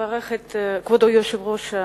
כבוד היושב-ראש,